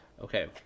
Okay